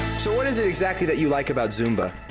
so what is it exactly that you like about zumba?